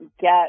get